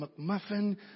McMuffin